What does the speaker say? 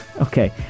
Okay